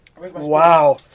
Wow